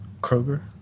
Kroger